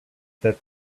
that